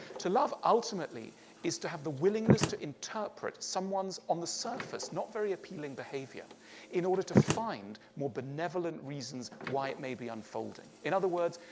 to love ultimately is to have the willingness to interpret someone's on the surface not very appealing behavior in order to find more benevolent reasons why it may be unfolding. in other words,